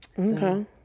Okay